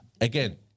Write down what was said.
Again